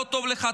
לא טוב לך,